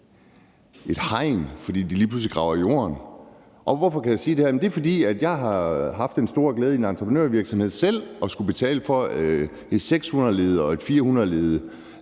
et hegn op, fordi de dermed graver i jorden. Og hvorfor kan jeg sige det her? Det er, fordi jeg har haft den store glæde i en entreprenørvirksomhed selv at skulle betale for telekabel med 600-ledet og et 400-ledet